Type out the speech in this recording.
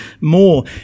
more